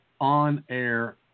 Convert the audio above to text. on-air